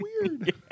weird